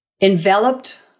enveloped